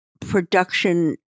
production